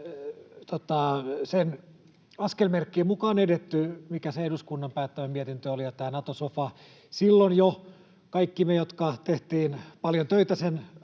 niiden askelmerkkien mukaan edetty, mikä se eduskunnan päättämä mietintö oli. Ja tämä Nato-sofa: silloin jo kaikille meille, jotka tehtiin paljon töitä sen